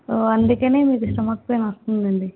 ఓ అందుకనే మీకు stomach pain వస్తుంది అండి